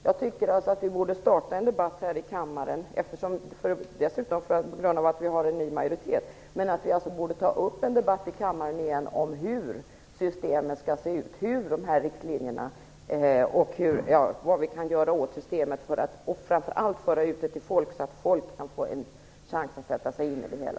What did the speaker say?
Jag tycker alltså att vi, på grund av att vi har en ny majoritet, borde starta en debatt här i kammaren igen om hur systemet skall se ut, hur riktlinjerna skall utformas och vad vi kan göra åt systemet. Framför allt måste vi föra ut det till folk, så att de kan få en chans att sätta sig in i det hela.